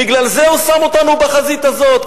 בגלל זה הוא שם אותנו בחזית הזאת,